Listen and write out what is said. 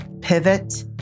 pivot